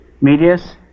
medius